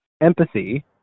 empathy